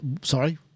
sorry